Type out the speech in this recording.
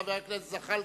חבר הכנסת ג'מאל זחאלקה,